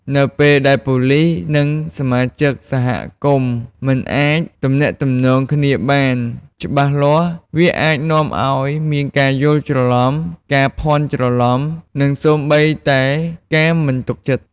នៅពេលដែលប៉ូលិស និងសមាជិកសហគមន៍មិនអាចទំនាក់ទំនងគ្នាបានច្បាស់លាស់ វាអាចនាំឱ្យមានការយល់ច្រឡំ ការភ័ន្តច្រឡំ និងសូម្បីតែការមិនទុកចិត្ត។